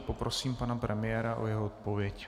Poprosím pana premiéra o jeho odpověď.